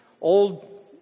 old